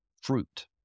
fruit